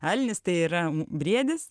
elnias tai yra briedis